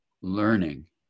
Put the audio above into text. learning